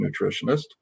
nutritionist